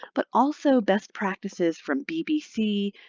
but also best practices from bbc,